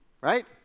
Right